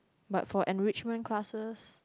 but for enrichment classes